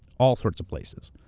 all sorts of places.